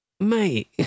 mate